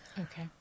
Okay